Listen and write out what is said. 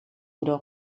oder